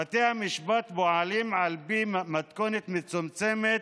קורונה בתי המשפט פועלים במתכונת מצומצמת.